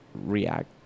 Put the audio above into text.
react